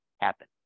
happen